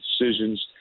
decisions